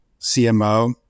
CMO